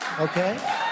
Okay